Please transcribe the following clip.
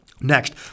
Next